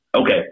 Okay